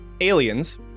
aliens